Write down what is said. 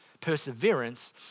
perseverance